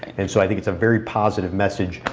and so i think it's a very positive message.